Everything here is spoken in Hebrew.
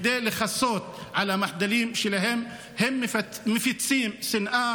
כדי לכסות על המחדלים שלהם הם מפיצים שנאה.